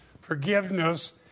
Forgiveness